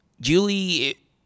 Julie